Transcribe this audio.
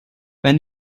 wenn